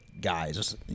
guys